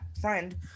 friend